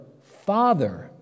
father